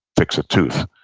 fix of tooth,